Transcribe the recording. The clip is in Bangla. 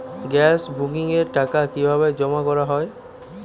গ্যাস বুকিংয়ের টাকা কিভাবে জমা করা হয়?